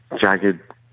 jagged